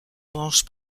branche